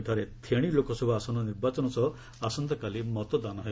ସେଠାରେ ଥେଶି ଲୋକସଭା ଆସନ ନିର୍ବାଚନ ସହ ଆସନ୍ତାକାଲି ମତଦାନ ହେବ